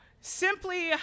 Simply